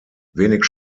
wenig